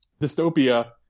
dystopia